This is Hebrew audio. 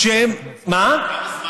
כמה זמן,